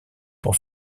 pour